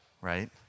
right